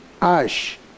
ash